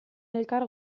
elkar